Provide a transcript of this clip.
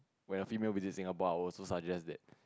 when a female visiting Singapore I will also suggest that